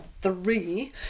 three